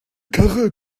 karre